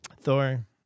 Thor